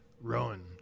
Rowan